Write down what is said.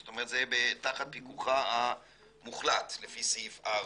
זאת אומרת זה תחת פיקוחה המוחלט, לפי סעיף 4,